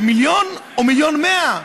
במיליון או במיליון 100,000?